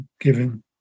given